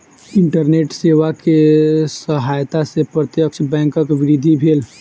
internet सेवा के सहायता से प्रत्यक्ष बैंकक वृद्धि भेल